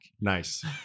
Nice